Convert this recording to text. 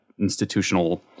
institutional